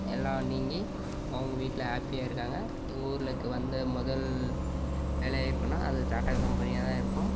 எல்லாம் நீங்கி அவங்க வீட்டில் ஹாப்பியாக இருக்காங்க எங்கள் ஊருக்கு வந்த முதல் வேலை வாய்ப்புனா அது டாட்டா கம்பெனியாக தான் இருக்கும்